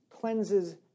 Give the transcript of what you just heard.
cleanses